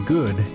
Good